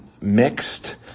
mixed